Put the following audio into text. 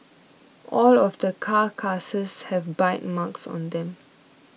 all of the carcasses have bite marks on them